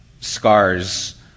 scars